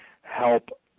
help